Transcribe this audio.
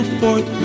forth